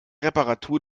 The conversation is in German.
reparatur